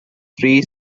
three